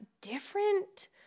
different